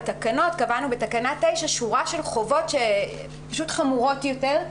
בתקנות קבענו בתקנה 9 שורה של חובות שפשוט חמורות יותר,